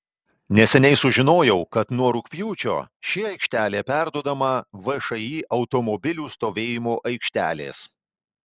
neseniai sužinojau kad nuo rugpjūčio ši aikštelė perduodama všį automobilių stovėjimo aikštelės